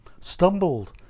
stumbled